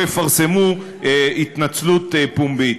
או יפרסמו התנצלות פומבית.